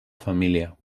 família